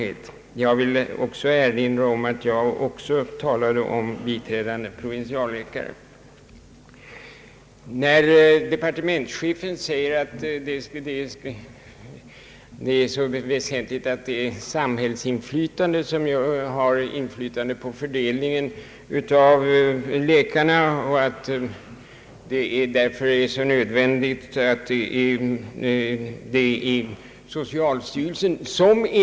Det är inte väl utbildade läkare. Jag vill också erinra om att även jag talat om biträdande provinsialläkare. Departementschefen säger att det väsentliga är att samhället har inflytande på fördelningen av läkarna och att det därför är nödvändigt att socialstyrelsen får bestämma fördelningen.